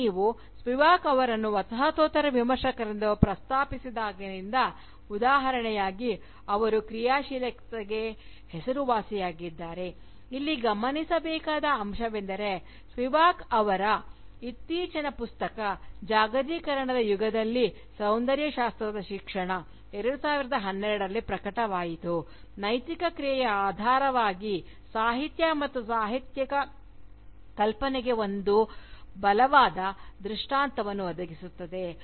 ಈಗ ನಾವು ಸ್ಪಿವಾಕ್ ಅವರನ್ನು ವಸಾಹತೋತ್ತರ ವಿಮರ್ಶಕರೆಂದು ಪ್ರಸ್ತಾಪಿಸಿದಾಗಿನಿಂದ ಉದಾಹರಣೆಯಾಗಿ ಅವರು ಕ್ರಿಯಾಶೀಲತೆಗೆ ಹೆಸರುವಾಸಿಯಾಗಿದ್ದಾರೆ ಇಲ್ಲಿ ಗಮನಿಸಬೇಕಾದ ಅಂಶವೆಂದರೆ ಸ್ಪಿವಾಕ್ ಅವರ ಇತ್ತೀಚಿನ ಪುಸ್ತಕ "ಜಾಗತೀಕರಣದ ಯುಗದಲ್ಲಿ ಸೌಂದರ್ಯಶಾಸ್ತ್ರದ ಶಿಕ್ಷಣ" 2012 ರಲ್ಲಿ ಪ್ರಕಟವಾಯಿತು ನೈತಿಕ ಕ್ರಿಯೆಯ ಆಧಾರವಾಗಿ ಸಾಹಿತ್ಯ ಮತ್ತು ಸಾಹಿತ್ಯಿಕ ಕಲ್ಪನೆಗೆ ಸಹ ಒಂದು ಬಲವಾದ ದೃಷ್ಟಾಂತವನ್ನು ಒದಗಿಸುತ್ತದೆ